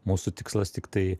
mūsų tikslas tiktai